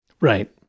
Right